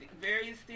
various